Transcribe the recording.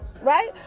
Right